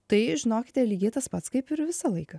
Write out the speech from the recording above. tai žinokite lygiai tas pats kaip ir visą laiką